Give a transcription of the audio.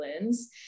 lens